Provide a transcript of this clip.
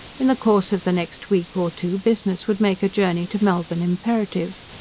in the course of the next week or two business would make a journey to melbourne imperative.